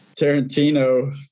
Tarantino